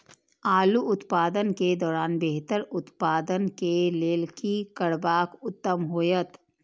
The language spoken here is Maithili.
आलू उत्पादन के दौरान बेहतर उत्पादन के लेल की करबाक उत्तम होयत?